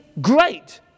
great